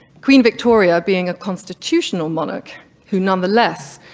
queen victoria being a constitutional monarch who nonetheless,